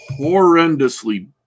horrendously